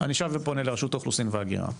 אני שב ופונה לרשות האוכלוסין וההגירה.